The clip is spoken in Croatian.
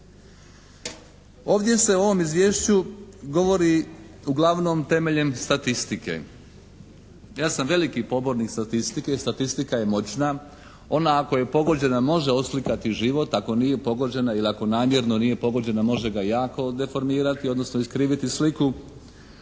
Ovdje se u ovom Izvješću govori uglavnom temeljem statistike. Ja sam veliki pobornik statistike i statistika je moćna. Ona ako je pogođena može oslikati život, ako nije pogođena ili ako namjerno nije pogođena može ga jako deformirati, odnosno iskriviti sliku,